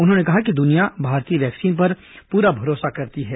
उन्होंने कहा कि दृनिया भारतीय वैक्सीन पर पूरा भरोसा करती है